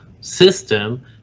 system